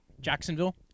Jacksonville